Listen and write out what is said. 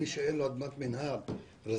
מי שאין לו אדמת מינהל רזרבה,